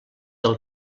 del